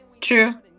True